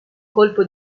colpo